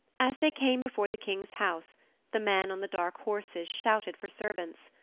as they came before the king's house the men on the dark horses shouted for servants.